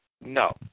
no